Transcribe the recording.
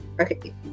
Okay